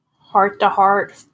heart-to-heart